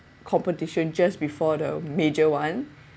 competition just before the major [one]